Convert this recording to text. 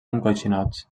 encoixinats